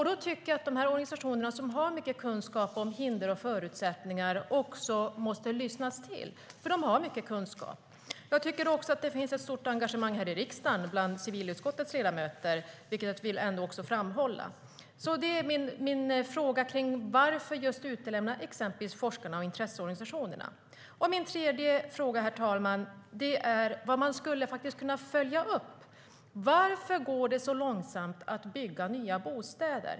Då tycker jag att man måste lyssna på de organisationer som har mycket kunskap om hinder och förutsättningar. Min fråga är därför varför man utelämnar just forskarna och intresseorganisationerna. Jag har ytterligare en fråga. Det är om man skulle kunna följa upp varför det går så långsamt att bygga nya bostäder.